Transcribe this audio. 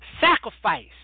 sacrifice